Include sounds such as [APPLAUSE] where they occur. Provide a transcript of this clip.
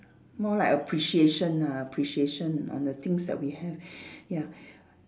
more like appreciation ah appreciation on the things that we have [BREATH] ya [BREATH]